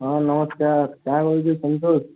ହଁ ନମସ୍କାର କାଣା ବୋଲୁଛୁ ସନ୍ତୋଷ